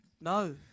no